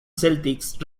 celtics